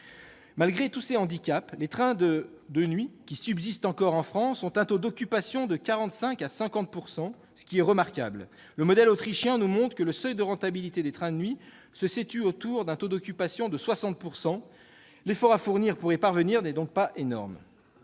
Malgré tous ces handicaps, les trains de nuit qui subsistent en France ont un taux d'occupation de 45 % à 50 %, ce qui est remarquable. Le modèle autrichien nous montre que le seuil de rentabilité des trains de nuit se situe autour d'un taux d'occupation de 60 %; l'effort à fournir pour y parvenir n'est donc pas énorme.